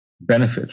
benefit